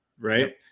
right